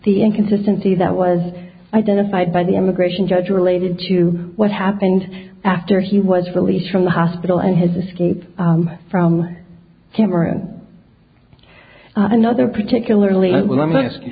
the inconsistency that was identified by the immigration judge related to what happened after he was released from the hospital and his escape from him around another particularly well let me ask you